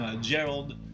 Gerald